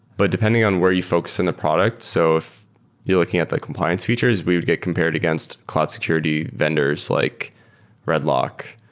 but depending on where you focus in the product, so if you're looking at like compliance features, we would get compared against cloud security vendors, like redlock,